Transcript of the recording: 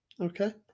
Okay